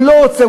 הוא לא עוצר,